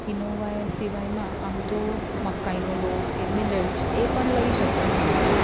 quinoa સિવાયમાં આમતો મકાઈનો લોટ કે મિલટસ એ પણ લઇ શકાય આમ તો